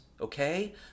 okay